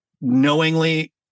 knowingly